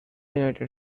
united